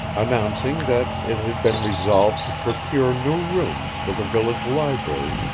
announcing that it had been resolved to procure new rooms for the village library,